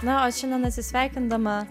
na o šiandien atsisveikindama